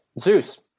Zeus